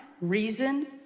reason